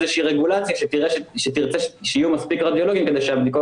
הרגולציה שתרצה שיהיו מספיק רדיולוגים כדי שהבדיקות